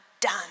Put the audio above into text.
done